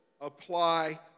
apply